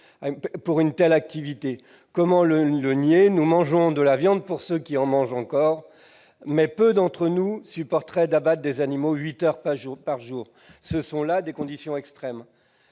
pour une telle activité. Comment le nier ? Nous mangeons de la viande, pour ceux qui en mangent encore, mais peu d'entre nous supporteraient d'abattre des animaux huit heures par jour. Ce sont là des conditions extrêmes.